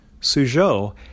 Suzhou